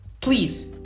please